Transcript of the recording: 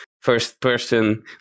first-person